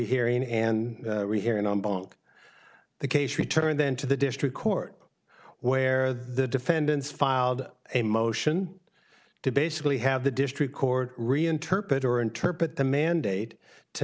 hearing and rehearing on bunk the case returned then to the district court where the defendants filed a motion to basically have the district court reinterpret or interpret the mandate to